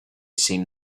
seen